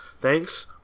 Thanks